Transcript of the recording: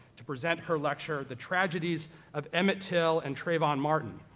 to present her lecture, the tragedies of emmett till and trayvon martin,